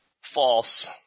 False